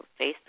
Facebook